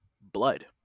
blood